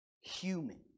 human